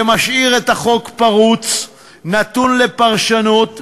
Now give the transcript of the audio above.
זה משאיר את החוק פרוץ, נתון לפרשנות ולשינויים.